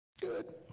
good